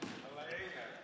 בערך על כל